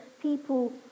people